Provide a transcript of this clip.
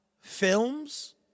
films